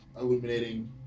illuminating